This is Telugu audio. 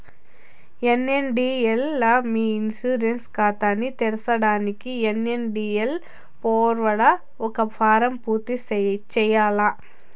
ఎన్.ఎస్.డి.ఎల్ లా మీ ఇన్సూరెన్స్ కాతాని తెర్సేదానికి ఎన్.ఎస్.డి.ఎల్ పోర్పల్ల ఒక ఫారం పూర్తి చేయాల్ల